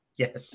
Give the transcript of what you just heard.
yes